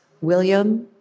William